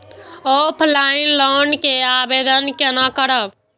Offline loan के आवेदन केना करब?